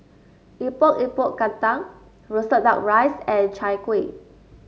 Epok Epok Kentang roasted duck rice and Chai Kueh